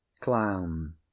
clown